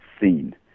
seen